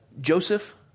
Joseph